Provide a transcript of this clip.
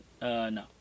No